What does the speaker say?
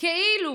כאילו